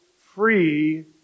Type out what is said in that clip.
free